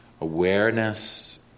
awareness